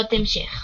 סדרות המשך